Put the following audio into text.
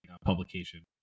publication